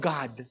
God